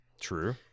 True